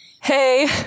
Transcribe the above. Hey